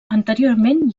anteriorment